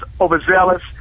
overzealous